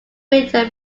winter